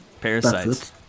Parasites